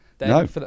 No